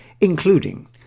including